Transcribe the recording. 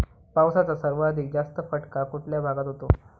पावसाचा सर्वाधिक जास्त फटका कुठल्या भागात होतो?